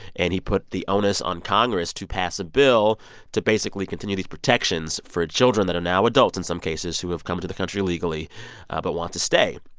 and he put the onus on congress to pass a bill to basically continue these protections for children that are now adults in some cases who have come into the country legally but want to stay.